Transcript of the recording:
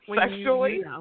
sexually